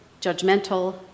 judgmental